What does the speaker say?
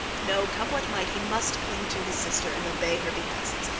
no come what might, he must cling to his sister and obey her behests,